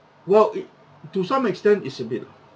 well it to some extent is a bit